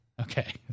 Okay